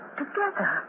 together